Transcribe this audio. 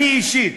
אני אישית,